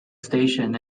station